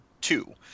two